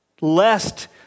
Lest